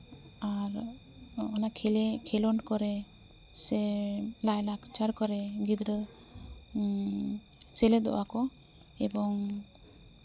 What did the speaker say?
ᱟᱨ ᱠᱷᱮᱞᱳᱰ ᱠᱚᱨᱮ ᱥᱮ ᱞᱟᱭᱼᱞᱟᱠᱪᱟᱨ ᱠᱚᱨᱮ ᱜᱤᱫᱽᱨᱟᱹ ᱥᱮᱞᱮᱫᱚᱜᱼᱟ ᱠᱚ ᱮᱵᱚᱝ